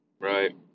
Right